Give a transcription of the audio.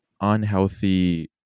Unhealthy